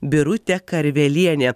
birutė karvelienė